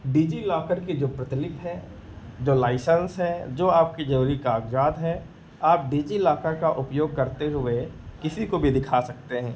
DigiLocker की जो प्रतिलिपि है जो लाइसेन्स है जो आपके जरूरी कागज़ात हैं आप डिज़िलॉकर का उपयोग करते हुए किसी को भी दिखा सकते हैं